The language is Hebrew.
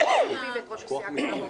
רק את החליפי ויו"ר סיעת האופוזיציה הגדולה,